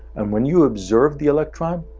and when you observe the electron,